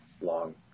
long